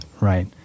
Right